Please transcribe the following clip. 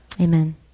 Amen